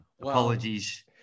Apologies